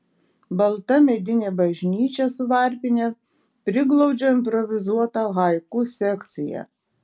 balta medinė bažnyčia su varpine priglaudžia improvizuotą haiku sekciją